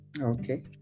okay